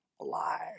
alive